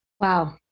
Wow